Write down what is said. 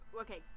okay